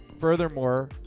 Furthermore